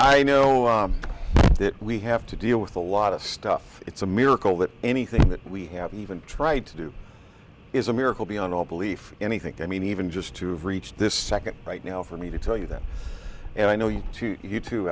i know that we have to deal with a lot of stuff it's a miracle that anything that we haven't even tried to do is a miracle beyond all belief anything i mean even just to have reached this second right now for me to tell you that and i know you